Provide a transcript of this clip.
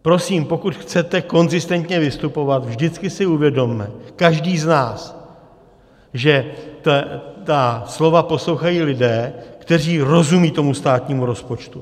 Prosím, pokud chcete konzistentně vystupovat, vždycky si uvědomme, každý z nás, že ta slova poslouchají lidé, kteří rozumí tomu státnímu rozpočtu.